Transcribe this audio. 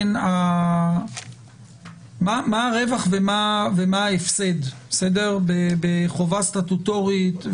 מה הרווח ומה ההפסד בחובה סטטוטורית,